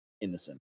innocent